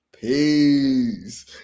Peace